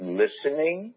listening